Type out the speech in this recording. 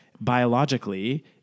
biologically